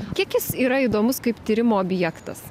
kiek jis yra įdomus kaip tyrimo objektas